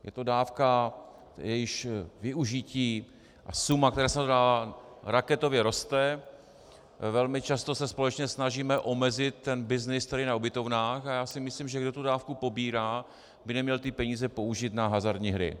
Je to dávka, jejíž využití, a suma, která se na to dává, raketově roste, velmi často se společně snažíme omezit ten byznys, který je na ubytovnách, a já si myslím, že kdo tu dávku pobírá, by neměl ty peníze použít na hazardní hry.